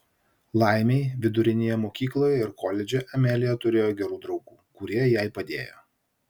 laimei vidurinėje mokykloje ir koledže amelija turėjo gerų draugų kurie jai padėjo